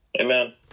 Amen